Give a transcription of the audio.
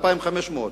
2,500,